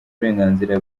uburenganzira